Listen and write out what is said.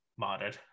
modded